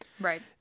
Right